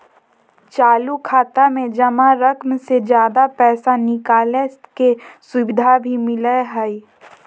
चालू खाता में जमा रकम से ज्यादा पैसा निकालय के सुविधा भी मिलय हइ